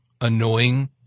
annoying